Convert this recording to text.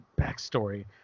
backstory